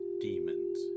demons